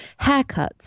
haircuts